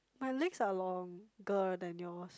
my legs are longer than yours